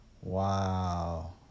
Wow